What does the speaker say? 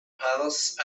palace